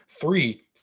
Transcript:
three